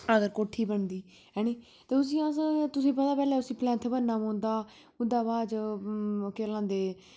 अगर कोठी बनदी ऐनी ते उसी अस तुसें पता पैह्लै पलैंथ भरना पौंदा ओह्दे बाद च केह् गलांदे